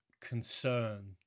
concern